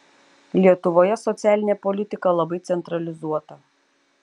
lietuvoje socialinė politika labai centralizuota